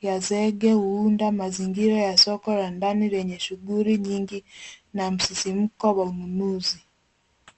ya zege huunda mazingira ya soko la ndani lenye shughuli nyingi na msisimko wa ununuzi.